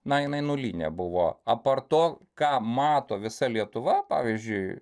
na jinai nulinė buvo apart to ką mato visa lietuva pavyzdžiui